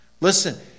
listen